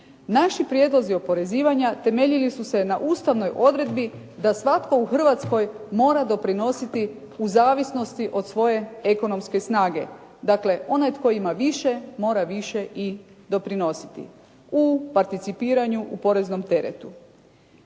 Naši prijedlozi oporezivanja temeljili su se na Ustavnoj odredbi da svatko u Hrvatskoj mora doprinositi u zavisnosti od svoje ekonomske snage. Dakle onaj tko ima više mora više i doprinositi, u participiranju u poreznom teretu.